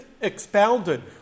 expounded